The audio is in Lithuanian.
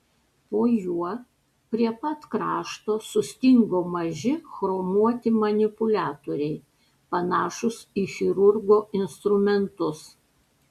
po juo prie pat krašto sustingo maži chromuoti manipuliatoriai panašūs į chirurgo instrumentus